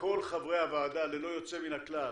כל חברי הוועדה ללא יוצא מן הכלל,